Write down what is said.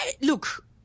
Look